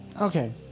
Okay